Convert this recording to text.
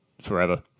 forever